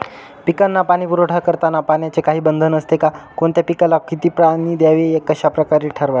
पिकांना पाणी पुरवठा करताना पाण्याचे काही बंधन असते का? कोणत्या पिकाला किती पाणी द्यावे ते कशाप्रकारे ठरवावे?